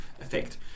effect